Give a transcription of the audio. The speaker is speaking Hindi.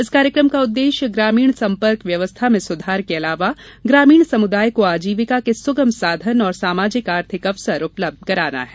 इस कार्यक्रम का उद्देश्य ग्रामीण संपर्क व्यवस्था में सुधार के अलावा ग्रामीण समुदाय को आजीविका के सुगम साधन और सामाजिक आर्थिक अवसर उपलब्ध कराना है